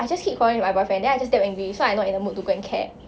I just keep calling my boyfriend then I just damn angry so I not in the mood to go and care